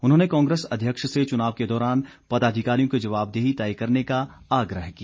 उन्होंने कांग्रेस अध्यक्ष से चुनाव के दौरान पदाधिकारियों की जवाबदेही तय करने का आग्रह किया